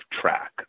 track